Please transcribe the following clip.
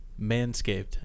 Manscaped